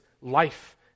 life